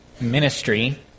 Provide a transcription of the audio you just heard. ministry